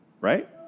Right